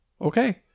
Okay